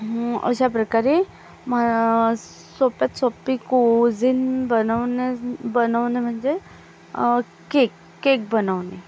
अशा प्रकारे म सोप्यात सोपी कोझीन बनवणं बनवणे म्हणजे केक केक बनवणे